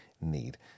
need